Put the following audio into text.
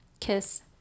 Kiss